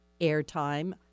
airtime